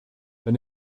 wenn